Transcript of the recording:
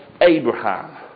Abraham